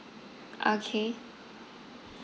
okay